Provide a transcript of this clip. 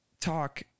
talk